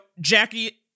Jackie